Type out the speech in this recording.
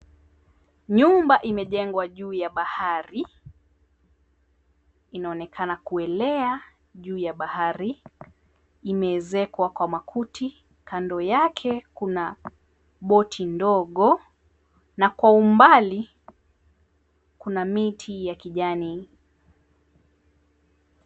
Nyumba imejengwa juu ya bahari, inaonekana kuelea juu ya bahari imeezekwa kwa makuti. Kando yake kuna boti ndogo na kwa umbali kuna miti ya kijani